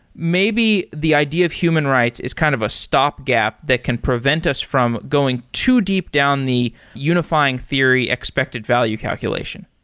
maybe the idea of human rights is kind of a stopgap that can prevent us from going too deep down the unifying theory expected value calculation.